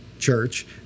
church